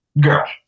Girl